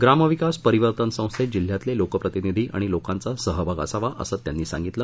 ग्रामविकास परिवर्तन संस्थेत जिल्ह्यातले लोकप्रतिनिधी आणि लोकांचा सहभाग असावा असं त्यांनी सांगितलं